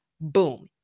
Boom